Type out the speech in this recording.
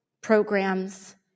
programs